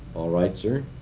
right, sir.